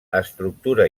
estructura